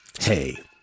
Hey